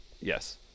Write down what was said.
Yes